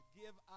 give